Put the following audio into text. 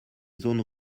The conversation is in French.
zones